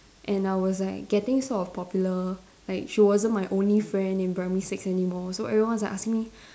and I was like getting sort of popular like she wasn't my only friend in primary six anymore so everyone was like asking me